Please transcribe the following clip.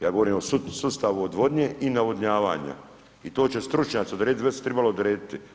Ja govorim o sustavu odvodnje i navodnjavanja i to će stručnjaci odrediti, već se trebalo odrediti.